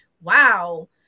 wow